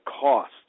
cost